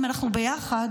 אם אנחנו ביחד,